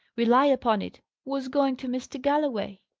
rely upon it, was going to mr. galloway.